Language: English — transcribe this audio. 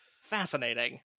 Fascinating